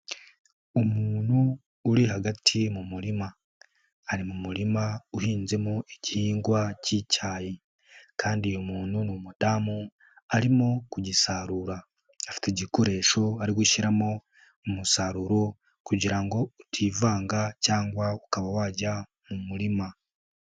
Umuntu uri hagati mu murima, ari mu murima uhinzemo igihingwa k'icyayi kandi uyu muntu ni umudamu arimo kugisarura, afite igikoresho ari gushyiramo umusaruro kugira ngo utivanga cyangwa ukaba wajya mu murima.